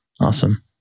Awesome